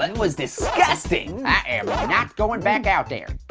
and was disgusting. i am not going back out there.